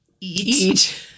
eat